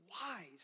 wise